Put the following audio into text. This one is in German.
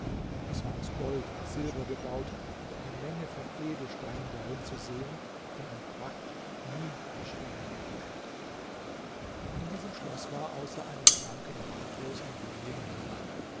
es war aus gold und silber gebaut und eine menge von edelsteinen darin zu sehen deren pracht nie beschrieben werden kann in diesem schloß war außer einem schlanken bartlosen jüngling niemand